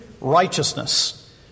Righteousness